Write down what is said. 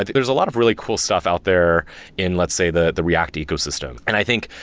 there's a lot of really cool stuff out there in let's say, the the react ecosystem. and i think,